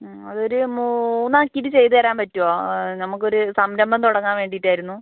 അതൊരൂ മൂന്നാക്കിയിട്ട് ചെയ്ത് തരാൻ പറ്റുമോ നമുക്കൊരു സംരംഭം തുടങ്ങാൻ വേണ്ടിയിട്ടായിരുന്നു